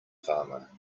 farmer